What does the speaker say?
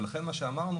ולכן מה שאמרנו,